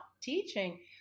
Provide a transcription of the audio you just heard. teaching